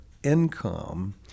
Income